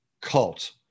cult